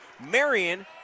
Marion